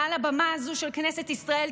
מעל הבמה הזו של כנסת ישראל,